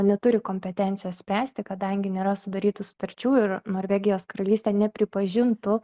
neturi kompetencijos spręsti kadangi nėra sudarytų sutarčių ir norvegijos karalystė nepripažintų